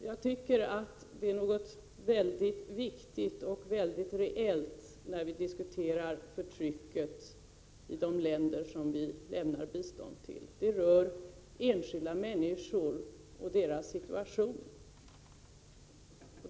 Jag tycker att det är något mycket viktigt och reellt, när vi diskuterar förtrycket i de länder som vi lämnar bistånd till. Det rör enskilda människor och deras situation.